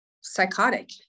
psychotic